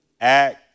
act